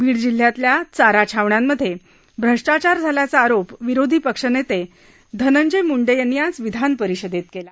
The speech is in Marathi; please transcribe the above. बीड जिल्ह्यातल्या चारा छावण्यांमधे भ्रष्टाचार झाल्याचा आरोप विरोधी पक्षनेते धनंजय मुंडे यांनी आज विधानपरिषदेत केला